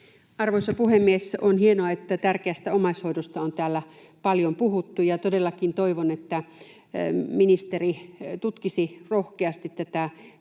Arvoisa puhemies! On hienoa, että tärkeästä omaishoidosta on täällä paljon puhuttu, ja todellakin toivon, että ministeri tutkisi rohkeasti tätä